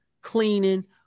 cleaning